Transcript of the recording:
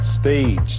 staged